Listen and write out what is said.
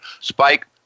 Spike